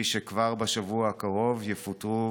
חברות וחברי הכנסת,